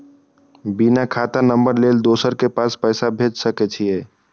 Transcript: बिना खाता नंबर लेल दोसर के पास पैसा भेज सके छीए?